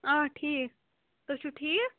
آ ٹھیٖک تُہۍ چھُو ٹھیٖک